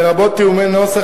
לרבות תיאומי נוסח,